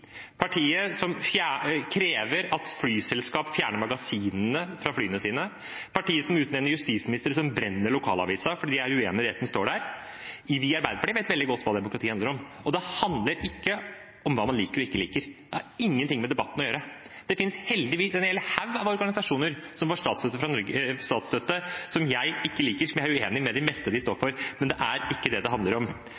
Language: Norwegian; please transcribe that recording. Partiet som krever at flyselskap fjerner magasinene fra flyene sine – partiet med utnevnte justisministere som brenner lokalavisen fordi de er uenig i det som står der. Vi i Arbeiderpartiet vet veldig godt hva demokrati handler om. Og det handler ikke om hva man liker og ikke liker. Det har ingenting med debatten å gjøre. Det finnes heldigvis en hel haug av organisasjoner som får statsstøtte, og som jeg ikke liker, jeg er uenig i det meste av det de